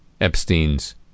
Epstein's